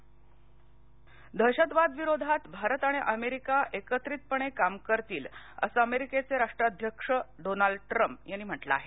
Trump दहशतवादाविरोधात भारत आणि America एकत्रितपणे काम करतील असं अमेरिकेचे राष्ट्राध्यक्ष डोनाल्ड ट्रम्प यांनी म्हटलं आहे